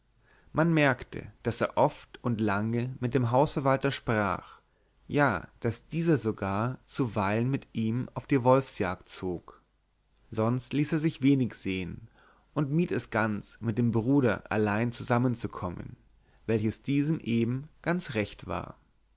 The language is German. man merkte daß er oft und lange mit dem hausverwalter sprach ja daß dieser sogar zuweilen mit ihm auf die wolfsjagd zog sonst ließ er sich wenig sehen und mied es ganz mit dem bruder allein zusammen zu kommen welches diesem eben ganz recht war